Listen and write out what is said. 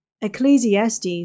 Ecclesiastes